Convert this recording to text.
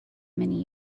many